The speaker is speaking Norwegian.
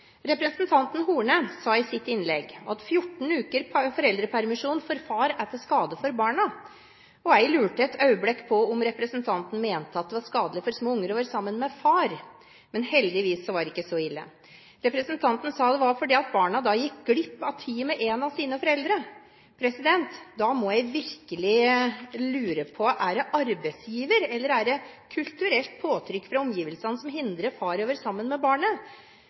Representanten Horne sa i sitt innlegg at 14 uker foreldrepermisjon for far er til skade for barna. Og jeg lurte et øyeblikk på om representanten mente at det er skadelig for små unger å være sammen med far. Men heldigvis var det ikke så ille. Representanten sa det var fordi barna gikk glipp av tid med en av sine foreldre. Da lurer jeg virkelig på om det er arbeidsgiver eller kulturelt påtrykk fra omgivelsene som hindrer far i å være sammen med barnet?